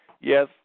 yes